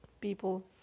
people